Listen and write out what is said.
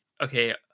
okay